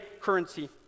currency